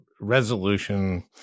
resolution